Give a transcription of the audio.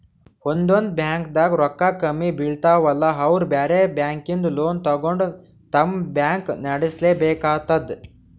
ಒಂದೊಂದ್ ಬ್ಯಾಂಕ್ದಾಗ್ ರೊಕ್ಕ ಕಮ್ಮಿ ಬೀಳ್ತಾವಲಾ ಅವ್ರ್ ಬ್ಯಾರೆ ಬ್ಯಾಂಕಿಂದ್ ಲೋನ್ ತಗೊಂಡ್ ತಮ್ ಬ್ಯಾಂಕ್ ನಡ್ಸಲೆಬೇಕಾತದ್